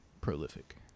prolific